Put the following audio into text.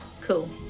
Cool